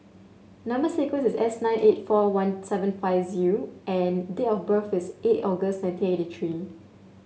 number sequence is S nine eight four one seven five U and date of birth is eight August nineteen eighty three